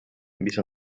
mis